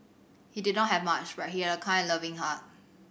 he did not have much but he had a kind and loving heart